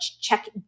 check